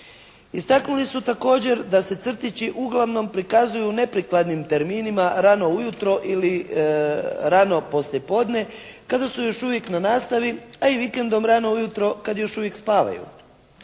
Istaknuli su također da se crtići uglavnom prikazuju u neprikladnim terminima rano ujutro ili rano poslije podne kada su još uvijek na nastavi a i vikendom rano ujutro kad još uvijek spavaju.